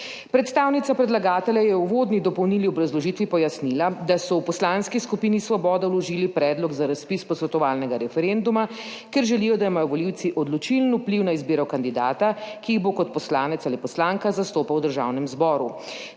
Predstavnica predlagatelja je v uvodni dopolnilni obrazložitvi pojasnila, da so v poslanski skupini Svobode vložili predlog za razpis posvetovalnega referenduma, ker želijo, da imajo volivci odločilen vpliv na izbiro kandidata, ki jih bo kot poslanec ali poslanka zastopal v Državnem zboru.